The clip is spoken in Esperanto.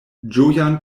ĝojan